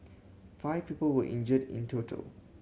five people were injured in total